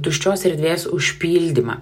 tuščios erdvės užpildymą